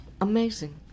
amazing